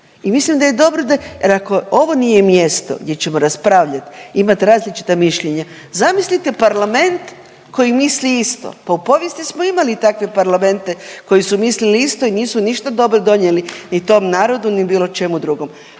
i mislim da je dobro da, jer ako ovo nije mjesto gdje ćemo raspravljat, imat različita mišljenja zamislite parlament koji misli isto. Pa u povijesti smo imali takve parlamente koji su mislili isto i nisu ništa dobro donijeli ni tom narodu ni bilo čemu drugom.